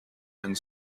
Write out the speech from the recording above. and